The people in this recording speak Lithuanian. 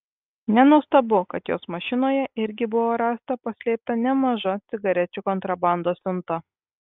nenuostabu kad jos mašinoje irgi buvo rasta paslėpta nemaža cigarečių kontrabandos siunta